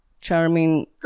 charming